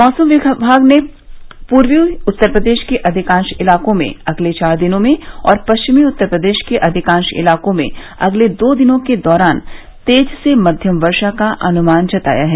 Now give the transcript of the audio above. मौसम विभाग ने पूर्वी उत्तर प्रदेश के अधिकांश इलाकों में अगले चार दिनों और पश्चिमी उत्तर प्रदेश के अधिकांश इलाकों में अगले दो दिनों के दौरान तेज से मध्यम वर्षा का अनुमान जताया है